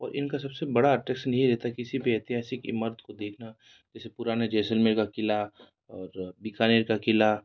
और इनका सब से बड़ा अट्रेसन ये रहता किसी भी ऐतिहासिक इमारत को देखना जैसे पुराने जैसलमेर का क़िला और बीकानेर का क़िला